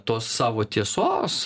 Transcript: tos savo tiesos